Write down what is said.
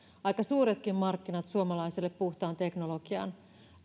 aika suuretkin markkinat suomalaisille puhtaan teknologian